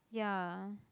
ya